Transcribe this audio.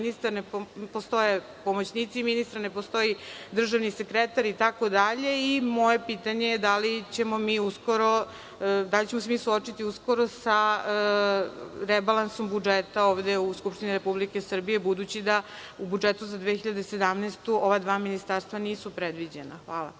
ministar, ne postoje pomoćnici ministra, ne postoji državni sekretar itd. i moje pitanje je da li ćemo se mi suočiti uskoro sa rebalansom budžeta ovde u Skupštini Republike Srbije, budući da u budžetu za 2017. godinu ova dva ministarstva nisu predviđena. Hvala.